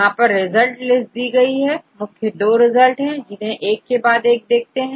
यहां पर result list दी है मुख्य 2 रिजल्ट है जिन्हें एक के बाद एक देखते हैं